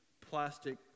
plastic